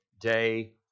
day